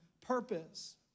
purpose